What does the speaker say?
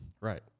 right